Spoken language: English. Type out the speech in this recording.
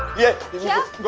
yes. yes,